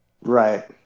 right